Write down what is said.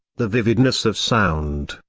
the vividness of sound,